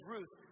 Ruth